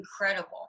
incredible